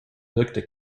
wirkte